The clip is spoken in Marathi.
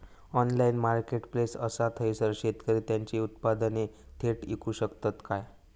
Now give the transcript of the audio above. ऑनलाइन मार्केटप्लेस असा थयसर शेतकरी त्यांची उत्पादने थेट इकू शकतत काय?